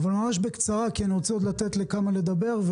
ממש בקצרה, יש עוד כמה שצריכים לדבר.